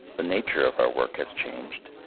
the nature of our work has changed.